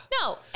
No